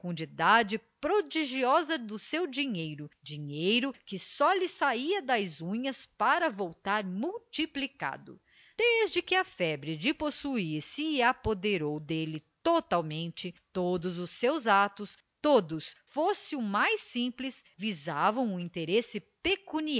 e da fecundidade prodigiosa do seu dinheiro dinheiro que só lhe saia das unhas para voltar multiplicado desde que a febre de possuir se apoderou dele totalmente todos os seus atos todos fosse o mais simples visavam um interesse